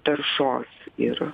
taršos ir